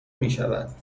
میشود